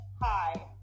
Hi